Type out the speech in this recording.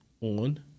on